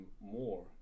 more